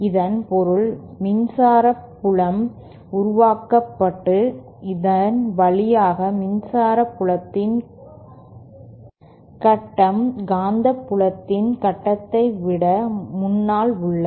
இதன் பொருள் மின்சார புலம் உருவாக்கப்பட்டு இதன் வழியாக மின்சார புலத்தின் கட்டம் காந்தப்புலத்தின் கட்டத்தை விட முன்னால் உள்ளது